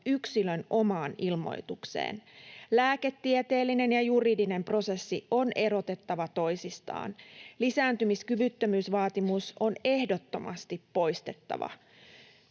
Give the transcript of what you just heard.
yksilön omaan ilmoitukseen. Lääketieteellinen ja juridinen prosessi on erotettava toisistaan. Lisääntymiskyvyttömyysvaatimus on ehdottomasti poistettava.